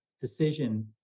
decision